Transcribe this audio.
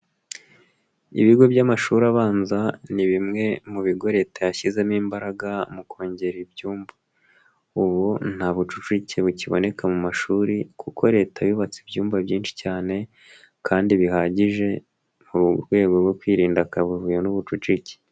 Ibigo by'amashuri abanza, ni bimwe mu bigo leta yashyizemo imbaraga mu kongera ibyumba. Ubu nta bucucike bukiboneka mu mashuri kuko leta yubatse ibyumba byinshi cyane kandi bihagije, mu rwego rwo kwirinda akabavuyo n'ubucucike.